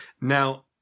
Now